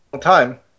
time